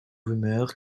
rumeur